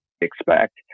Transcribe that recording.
expect